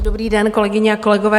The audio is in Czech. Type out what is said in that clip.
Dobrý den, kolegyně a kolegové.